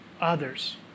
others